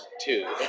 two